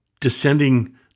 descending